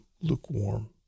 lukewarm